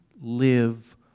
live